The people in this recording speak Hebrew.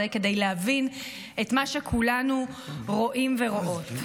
כדי להבין את מה שכולנו רואים ורואות.